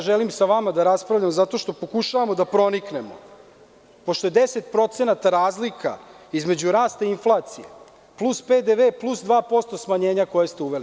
Želim sa vama da raspravljam zato što pokušavamo da proniknemo, pošto je 10% razlika između rasta inflacije, plus PDV, plus 2% smanjenja koje ste uveli.